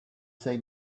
say